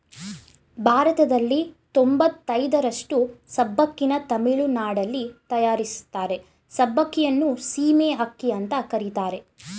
ಭಾರತದಲ್ಲಿ ತೊಂಬತಯ್ದರಷ್ಟು ಸಬ್ಬಕ್ಕಿನ ತಮಿಳುನಾಡಲ್ಲಿ ತಯಾರಿಸ್ತಾರೆ ಸಬ್ಬಕ್ಕಿಯನ್ನು ಸೀಮೆ ಅಕ್ಕಿ ಅಂತ ಕರೀತಾರೆ